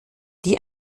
die